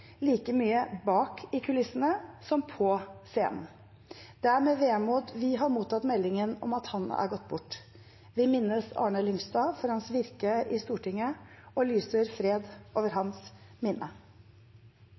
like mye bak i kulissene som på scenen. Det er med vemod vi har mottatt meldingen om at han er gått bort. Vi minnes Arne Lyngstad for hans virke i Stortinget og lyser fred over